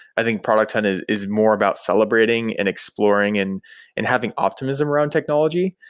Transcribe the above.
i think product hunt is is more about celebrating and exploring and and having optimism around technology,